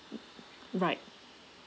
right